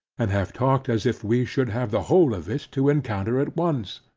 and have talked as if we should have the whole of it to encounter at once,